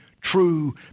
true